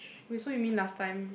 wait so you mean last time